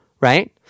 right